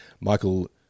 Michael